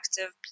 active